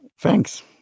Thanks